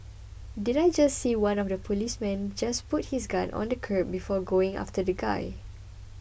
did I just see one of the policemen just put his gun on the curb before going after the guy